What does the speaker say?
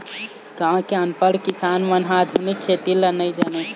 गाँव के अनपढ़ किसान मन ह आधुनिक खेती ल नइ जानय